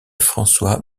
françois